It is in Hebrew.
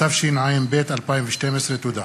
התשע"ב 2012. תודה.